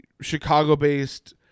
chicago-based